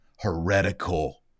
heretical